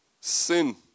Sin